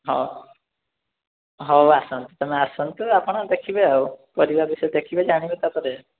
ହଁ ହଉ ଆସନ୍ତୁ ତମେ ଆସନ୍ତୁ ଆପଣ ଦେଖିବେ ଆଉ ପରିବା ବିଷୟରେ ଦେଖିବେ ଜାଣିବେ ତା'ପରେ